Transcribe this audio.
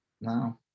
No